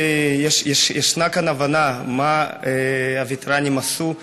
ישנה כאן הבנה מה הווטרנים עשו,